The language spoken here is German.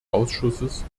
ausschusses